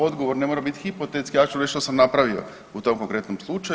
Odgovor ne mora biti hipotetski, ja ću reći što sam napravio u tom konkretnom slučaju.